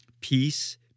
peace